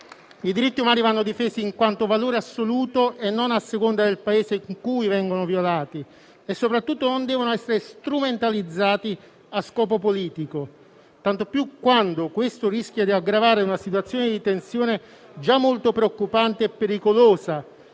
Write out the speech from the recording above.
I diritti umani vanno difesi in quanto valore assoluto e non a seconda del Paese in cui vengono violati e soprattutto non devono essere strumentalizzati a scopo politico, tanto più quando questo rischia di aggravare una situazione di tensione già molto preoccupante e pericolosa,